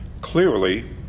Clearly